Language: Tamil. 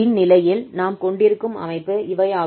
இந்நிலையில் நாம் கொண்டிருக்கும் அமைப்பு இவையாகும்